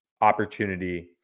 opportunity